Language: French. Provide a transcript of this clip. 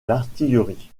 l’artillerie